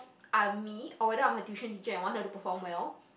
I'm me or whether I'm her tuition teacher and want her to perform well